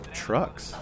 trucks